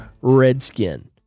Redskin